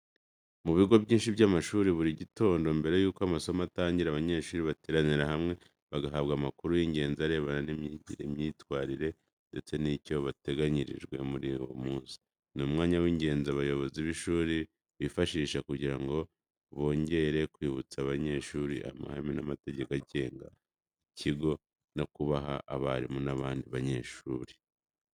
Mu bigo byinshi by’amashuri, buri gitondo mbere y’uko amasomo atangira, abanyeshuri bateranira hamwe bagahabwa amakuru y’ingenzi arebana n’imyigire, imyitwarire, ndetse n’icyo bateganyirijwe muri uwo munsi. Ni umwanya w’ingenzi abayobozi b’ishuri bifashisha kugira ngo bongere kwibutsa abanyeshuri amahame n’amategeko agenga ikigo, bakabakangurira kugira imyitwarire myiza, kwambara neza, no kubaha abarimu n’abandi banyeshuri.